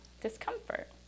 discomfort